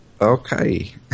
Okay